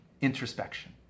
introspection